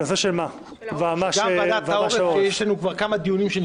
נקבעו כבר כמה דיונים בוועדת העורף,